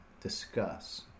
discuss